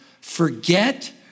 forget